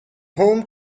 home